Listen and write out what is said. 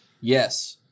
Yes